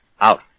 out